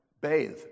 bathe